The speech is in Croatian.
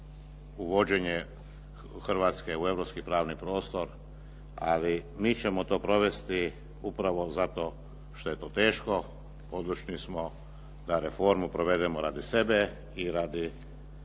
uvođenje Hrvatske u europski pravni prostor, ali mi ćemo to provesti upravo zato što je to teško. Odlučni smo da reformu provedemo radi sebe i radi